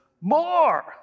more